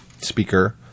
speaker